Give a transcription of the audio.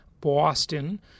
Boston